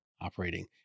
operating